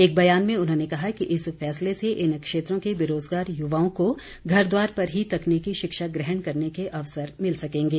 एक बयान में उन्होंने कहा कि इस फैसले से इन क्षेत्रों के बेरोज़गार युवाओं को घरद्वार पर ही तकनीकी शिक्षा ग्रहण करने के अवसर मिल सकेंगे